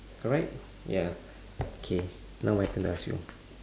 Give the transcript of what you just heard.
correct ya K now my turn to ask you